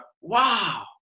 wow